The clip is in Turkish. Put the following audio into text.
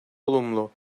olumlu